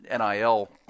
NIL